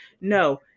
no